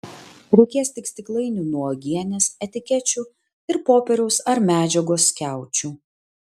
reikės tik stiklainių nuo uogienės etikečių ir popieriaus ar medžiagos skiaučių